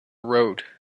road